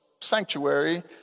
sanctuary